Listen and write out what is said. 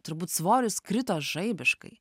turbūt svoris krito žaibiškai